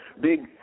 big